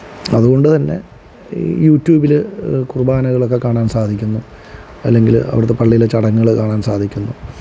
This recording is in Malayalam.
അതുകൊണ്ടുതന്നെ ഈ യൂടൂബില് കുർബാനകളൊക്കെ കാണാന് സാധിക്കുന്നു അല്ലെങ്കില് അവിടുത്തെ പള്ളിയിലെ ചടങ്ങുകള് കാണാന് സാധിക്കുന്നു